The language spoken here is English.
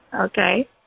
Okay